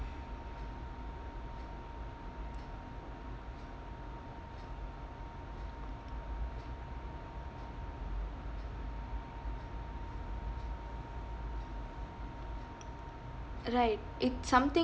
right it's something